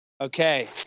Okay